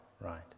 right